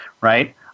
right